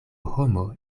homo